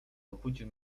obudził